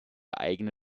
eigene